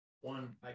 one